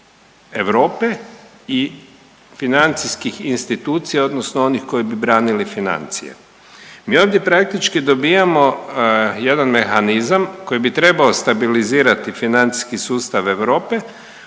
Europe i financijskih institucija odnosno onih koji bi branili financije. Mi ovdje praktički dobijamo jedan mehanizam koji bi trebao stabilizirati financijski sustav Europe